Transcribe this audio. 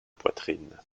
poitrine